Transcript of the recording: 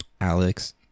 alex